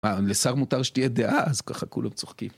לשר מותר שתהיה דעה, אז ככה כולם צוחקים.